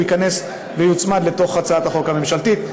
והוא יוצמד להצעת החוק הממשלתית.